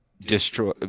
destroy